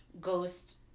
ghost